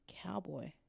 Cowboy